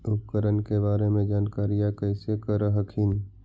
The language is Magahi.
उपकरण के बारे जानकारीया कैसे कर हखिन?